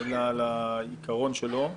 אלא לעיקרון שלו.